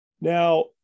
Now